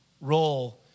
role